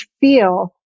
feel